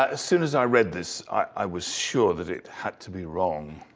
ah soon as i read this, i was sure that it had to be wrong.